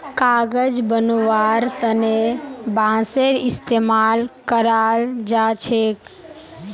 कागज बनव्वार तने बांसेर इस्तमाल कराल जा छेक